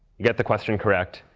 you get the question correct,